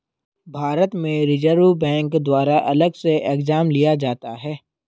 भारत में reserve bank द्वारा अलग से एग्जाम लिया जाता है